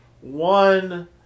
One